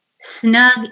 snug